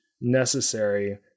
necessary